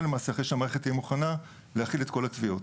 לאחר שהמערכת תהיה מוכנה להכיל את כל התביעות.